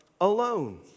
alone